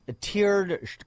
tiered